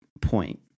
point